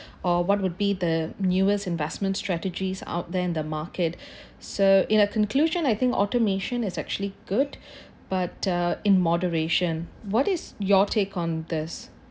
or what would be the newest investment strategies out there in the market so in a conclusion I think automation is actually good but uh in moderation what is your take on this